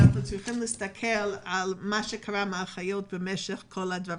אנחנו צריכים להסתכל על מה שקרה עם האחיות לאורך כל הדרך.